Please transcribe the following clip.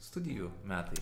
studijų metai